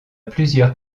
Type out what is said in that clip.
plusieurs